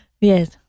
Yes